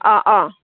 অঁ অঁ